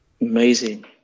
amazing